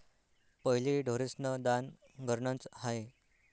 पहिले ढोरेस्न दान घरनंच र्हाये